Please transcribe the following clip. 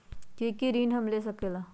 की की ऋण हम ले सकेला?